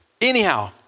Anyhow